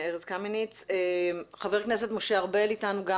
נמצא אתנו ב-זום חבר הכנסת משה ארבל.